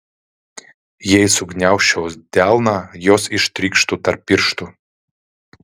jei sugniaužčiau delną jos ištrykštų tarp pirštų